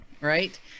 right